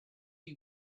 you